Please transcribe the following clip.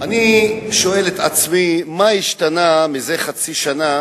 אני שואל את עצמי מה השתנה מזה חצי שנה